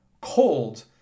cold